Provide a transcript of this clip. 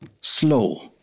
Slow